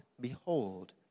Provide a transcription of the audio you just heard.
Behold